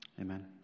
Amen